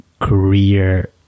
career